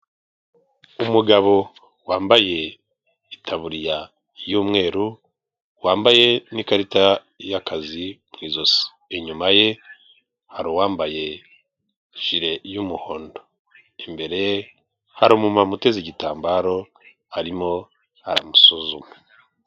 Umugabo wambaye itaburiya y'umweru, wambaye n'ikarita y'akazi mu ijosi, inyuma ye hari uwambaye ijire y'umuhondo, imbere ye hari umumama uteze igitambaro harimo amusuzuma.